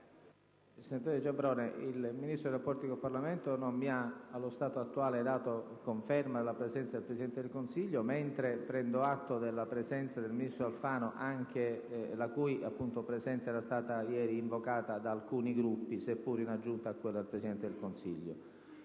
Ministro per i rapporti con il Parlamento allo stato attuale non mi ha dato conferma della presenza del Presidente del Consiglio, mentre prendo atto della presenza del ministro Alfano, che era stata anch'essa invocata da alcuni Gruppi, seppure in aggiunta a quella del Presidente del Consiglio.